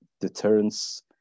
deterrence